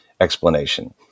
explanation